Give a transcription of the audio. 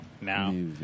now